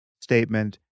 statement